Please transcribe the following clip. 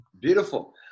beautiful